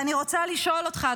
אני רוצה לשאול אותך,